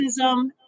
racism